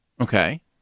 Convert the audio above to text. Okay